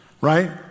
right